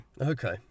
Okay